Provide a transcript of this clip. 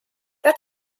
that